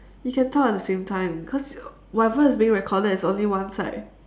we can talk at the same time cause whatever is being recorded is only one side